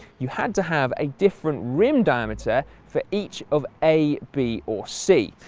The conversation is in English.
you had to have a different rim diameter for each of a, b, or c.